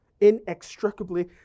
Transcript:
inextricably